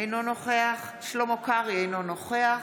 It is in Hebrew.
אינו נוכח שלמה קרעי, אינו נוכח